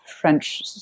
French